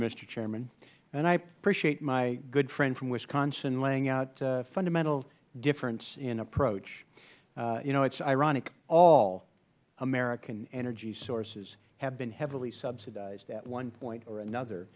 chairman and i appreciate my good friend from wisconsin laying out a fundamental difference in approach you know it is ironic all american energy sources have been heavily subsidized at one point or another